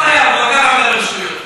לא חייב, גם ככה הוא מדבר שטויות.